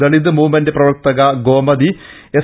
Dalit movement പ്രവർത്തക Gomathi S